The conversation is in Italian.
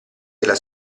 della